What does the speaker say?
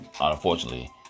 Unfortunately